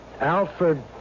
Alfred